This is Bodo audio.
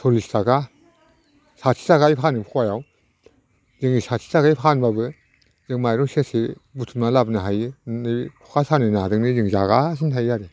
सल्लिस थाखा साथि थाखायै फानो फवायाव जों साथि थाखायै फानबाबो जों माइरं सेरसे बुथुमना लाबोनो हायो खखा सानाय नाजोंनो जों जागासिनो थायो आरो